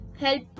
help